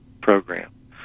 program